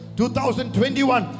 2021